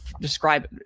describe